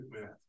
math